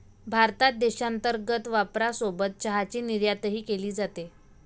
भारतात देशांतर्गत वापरासोबत चहाची निर्यातही केली जाते